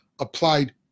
applied